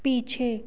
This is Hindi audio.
पीछे